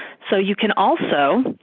so, you can also,